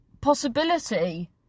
possibility